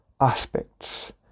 aspects